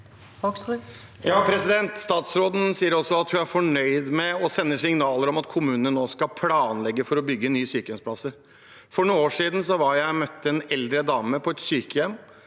Statsråden sier også at hun er fornøyd med å sende signaler om at kommunene nå skal planlegge for å bygge nye sykehjemsplasser. For noen år siden møtte jeg en eldre dame på et sykehjem